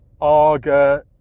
Arga